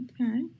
Okay